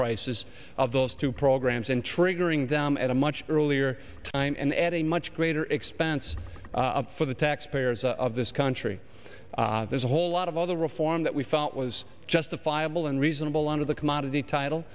prices of those two programs and triggering them at a much earlier time and at a much greater expense for the taxpayers of this country there's a whole lot of all the reform that we felt was justifiable and reasonable under the commodity title